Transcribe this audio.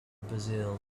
brazil